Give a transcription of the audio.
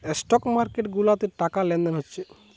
stock market গুলাতে টাকা লেনদেন হচ্ছে